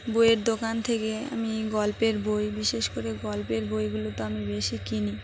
বইয়ের দোকান থেকে আমি গল্পের বই বিশেষ করে গল্পের বইগুলো তো আমি বেশি কিনি